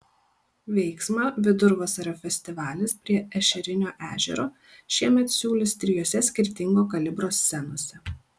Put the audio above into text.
veiksmą vidurvasario festivalis prie ešerinio ežero šiemet siūlys trijose skirtingo kalibro scenose